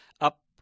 up